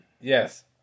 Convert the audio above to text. Yes